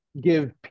give